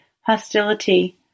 hostility